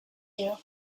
you